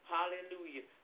Hallelujah